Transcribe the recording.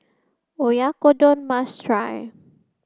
Oyakodon must try